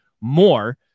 more